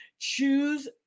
Choose